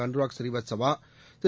Anurag Srivastava Thiru